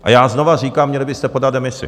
A já znovu říkám: měli byste podat demisi.